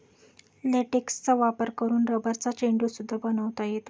लेटेक्सचा वापर करून रबरचा चेंडू सुद्धा बनवता येतो